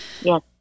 Yes